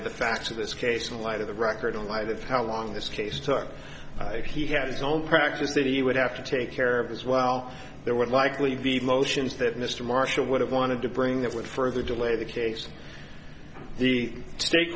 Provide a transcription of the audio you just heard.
of the facts of this case in light of the record in light of how long this case took he had his own practice that he would have to take care of as well there would likely be motions that mr marshall would have wanted to bring that would further delay the case the st